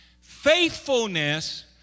Faithfulness